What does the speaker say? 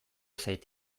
zait